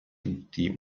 tutti